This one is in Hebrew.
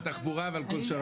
על התחבורה ועל שאר הדברים.